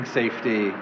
safety